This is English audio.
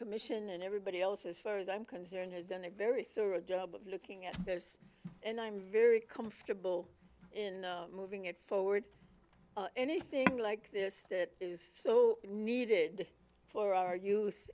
commission and everybody else as far as i'm concerned has done a very thorough job of looking at this and i'm very comfortable in moving it forward anything like this that is so needed for our youth